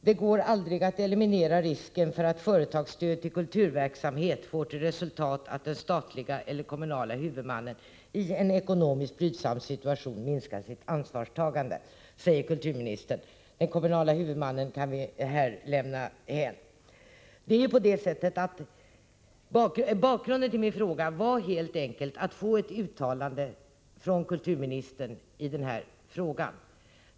”Det går aldrig att eliminera risken för att företagsstöd till kulturverksamhet får till resultat att den statliga eller kommunala huvudmannen i en ekonomiskt brydsam situation minskar sitt ansvarstagande”, säger kulturministern. Den kommunala huvudmannen kan vi här lämna därhän. Bakgrunden till min fråga är helt enkelt att jag ville få ett uttalande från kulturministern i den här frågan.